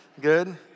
good